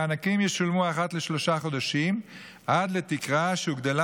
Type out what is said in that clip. המענקים ישולמו אחת לשלושה חודשים עד לתקרה שהוגדלה